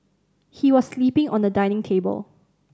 he was sleeping on a dining table